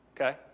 Okay